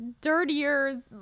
dirtier